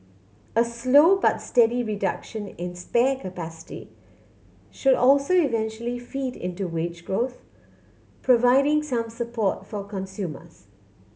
a slow but steady reduction in spare capacity should also eventually feed into wage growth providing some support for consumers